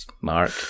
Mark